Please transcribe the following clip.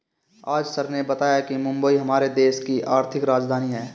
आज सर ने बताया कि मुंबई हमारे देश की आर्थिक राजधानी है